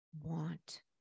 want